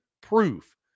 proof